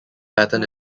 pattern